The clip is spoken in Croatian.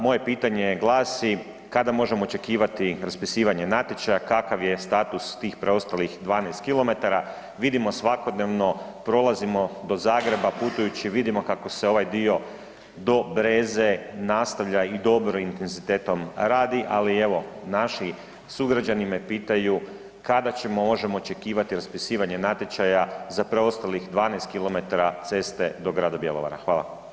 Moje pitanje glasi, kada možemo očekivati raspisivanje natječaja, kakav je status tih preostalih 12 kilometara, vidimo svakodnevno, prolazimo do Zagreba, putujući vidimo kako se ovaj dio do Breze nastavlja i dobrim intenzitetom radi, ali evo naši sugrađani me pitaju kada ćemo, možemo očekivati raspisivanje natječaja za preostalih 12 kilometara ceste do grada Bjelovara?